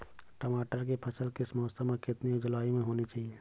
टमाटर की फसल किस मौसम व कितनी जलवायु में होनी चाहिए?